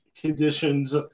conditions